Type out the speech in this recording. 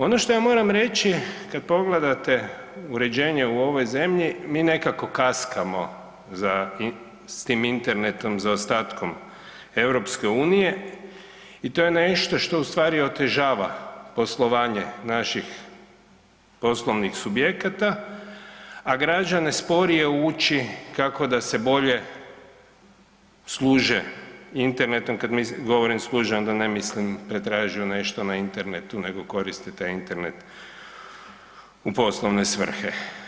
Ono što ja moram reći kad pogledate uređenje u ovoj zemlji, mi nekako kaskamo s tim internetom za ostatkom EU-a i to je nešto što ustvari otežava poslovanje naših poslovnih subjekata, a građane sporije uči kako da se bolje služe internetom, govorim „služe“, onda ne mislim da traže nešto na internetu nego koriste taj Internet u poslovne svrhe.